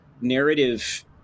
narrative